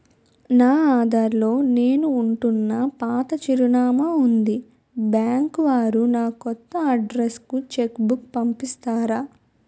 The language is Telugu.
నా ఆధార్ లో నేను ఉంటున్న పాత చిరునామా వుంది బ్యాంకు వారు నా కొత్త అడ్రెస్ కు చెక్ బుక్ పంపిస్తారా?